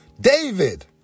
David